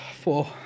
Four